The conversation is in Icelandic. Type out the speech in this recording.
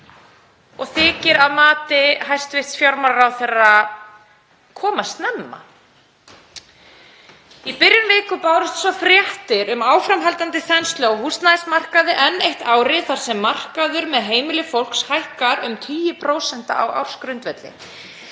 og þykir, að mati hæstv. fjármálaráðherra, koma snemma. Í byrjun viku bárust svo fréttir um áframhaldandi þenslu á húsnæðismarkaði enn eitt árið þar sem markaður með heimili fólks hækkar um tugi prósenta á ársgrundvelli.